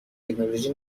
تکنولوژی